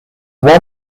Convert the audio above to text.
one